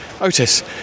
Otis